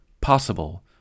Possible